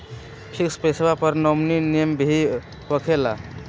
Fix पईसा पर nominee name भी होकेला?